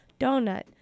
Donut